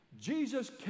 jesus